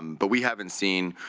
but we haven't seen